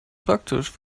praktisch